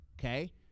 Okay